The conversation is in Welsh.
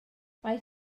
mae